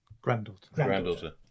Granddaughter